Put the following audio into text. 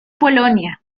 polonia